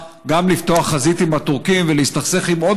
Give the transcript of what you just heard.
האם הממשלה שלנו רוצה גם לפתוח חזית עם הטורקים ולהסתכסך עם עוד